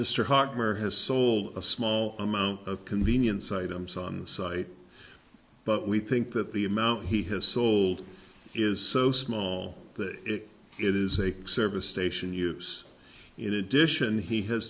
mr hart where has sold a small amount of convenience items on the site but we think that the amount he has sold is so small that it is a service station use in addition he has